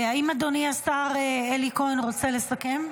האם אדוני השר אלי כהן רוצה לסכם?